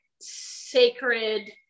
sacred